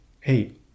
hey